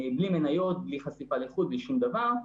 בלי מניות, בלי חשיפה לחו"ל, בלי שום דבר.